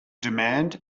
demand